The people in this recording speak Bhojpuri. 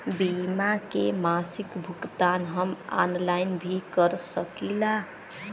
बीमा के मासिक भुगतान हम ऑनलाइन भी कर सकीला?